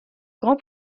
grands